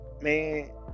Man